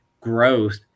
growth